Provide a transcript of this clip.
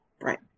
right